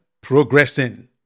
progressing